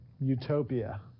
utopia